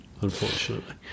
unfortunately